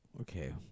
Okay